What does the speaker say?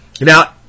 Now